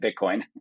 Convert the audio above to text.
Bitcoin